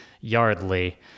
Yardley